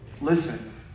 Listen